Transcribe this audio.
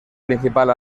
principal